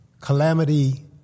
Calamity